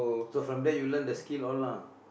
so from there you learn the skill all lah